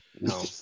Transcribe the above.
no